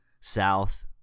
south